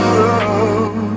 love